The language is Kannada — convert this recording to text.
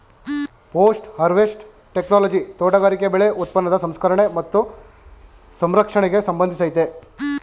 ಪೊಸ್ಟ್ ಹರ್ವೆಸ್ಟ್ ಟೆಕ್ನೊಲೊಜಿ ತೋಟಗಾರಿಕೆ ಬೆಳೆ ಉತ್ಪನ್ನದ ಸಂಸ್ಕರಣೆ ಮತ್ತು ಸಂರಕ್ಷಣೆಗೆ ಸಂಬಂಧಿಸಯ್ತೆ